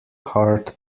heart